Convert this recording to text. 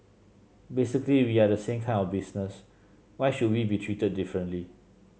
basically we are the same kind of business why should we be treated differently